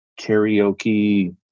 karaoke